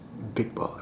big boss